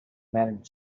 managed